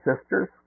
sisters